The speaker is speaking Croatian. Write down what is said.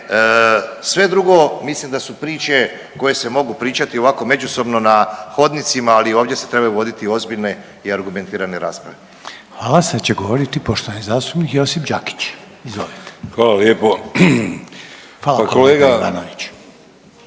sve drugo mislim da su priče koje se mogu pričati ovako međusobno na hodnicima, ali ovdje se trebaju voditi ozbiljne i argumentirane rasprave. **Reiner, Željko (HDZ)** Hvala. Sad će govoriti poštovani zastupnik Josip Đakić. Izvolite. **Đakić,